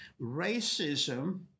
Racism